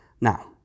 Now